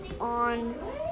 on